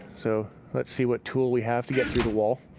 so let's see what tool we have to get through the wall.